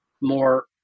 more